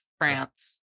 France